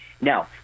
now